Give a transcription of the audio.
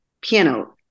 piano